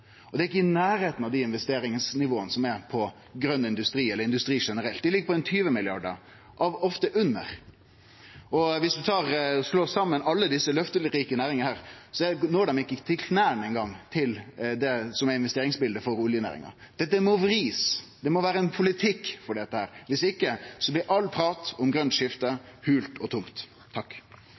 Det er ikkje i nærleiken av det investeringsnivået som er på grøn industri eller industri generelt. Det ligg på 20 mrd. kr – ofte under. Om ein slår saman alle desse løfterike næringane, når dei ikkje til knea ein gong det som er investeringsbiletet for oljeindustrien. Det må ein vri, det må vere ein politikk for dette. Om ikkje, blir all prat om grønt skifte holt og tomt.